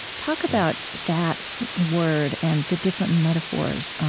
talk about that word and the different metaphors